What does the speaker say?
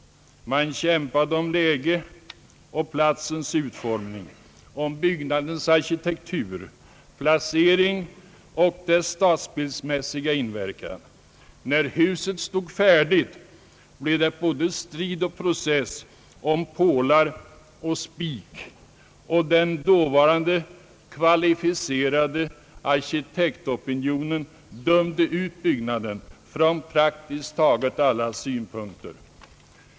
Man kämpade om läge och platsens utformning, om byggnadens arkitektur, placering och dess stadsbildsmässiga inverkan. När huset stod färdigt blev det både strid och process om pålar och spik, och den dåvarande kvalificerade arkitektopinionen dömde ut byggnaden från praktiskt taget alla synpunkter.